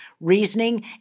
reasoning